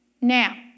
Now